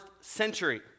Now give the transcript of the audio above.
century